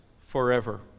forever